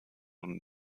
und